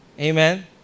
Amen